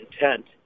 intent